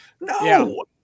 no